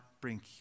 bring